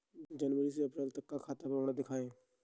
जनवरी से अप्रैल तक का खाता विवरण दिखाए?